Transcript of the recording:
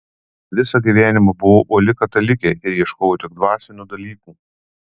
visą gyvenimą buvau uoli katalikė ir ieškojau tik dvasinių dalykų